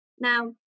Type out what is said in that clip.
Now